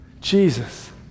Jesus